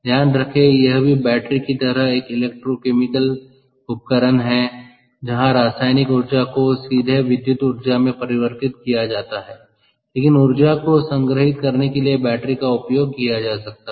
ध्यान रखें यह भी बैटरी की तरह एक इलेक्ट्रोकेमिकल उपकरण है जहां रासायनिक ऊर्जा को सीधे विद्युत ऊर्जा में परिवर्तित किया जाता है लेकिन ऊर्जा को संग्रहित करने के लिए बैटरी का उपयोग किया जा सकता है